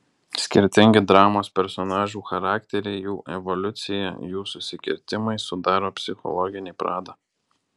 skirtingi dramos personažų charakteriai jų evoliucija jų susikirtimai sudaro psichologinį pradą